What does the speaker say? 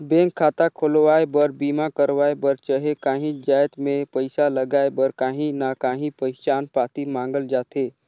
bank खाता खोलवाए बर, बीमा करवाए बर चहे काहींच जाएत में पइसा लगाए बर काहीं ना काहीं पहिचान पाती मांगल जाथे